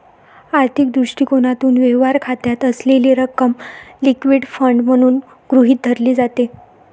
आर्थिक दृष्टिकोनातून, व्यवहार खात्यात असलेली रक्कम लिक्विड फंड म्हणून गृहीत धरली जाते